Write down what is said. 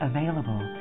Available